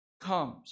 comes